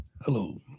Hello